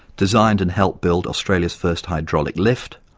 designed and helped build australia's first hydraulic lift,